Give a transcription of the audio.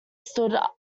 stood